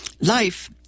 life